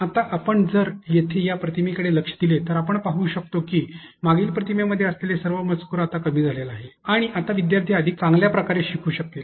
आता जर आपण येथे या प्रतिमेकडे लक्ष दिले तर आपण हे पाहू शकतो की मागील प्रतिमेमध्ये असलेले सर्व मजकूर कमी झाला आहे आणि आता विद्यार्थी अधिक चांगल्या प्रकारे शिकू शकतील